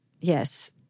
yes